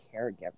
caregiver